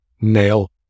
nail